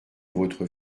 votre